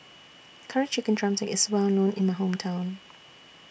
Curry Chicken Drumstick IS Well known in My Hometown